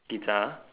guitar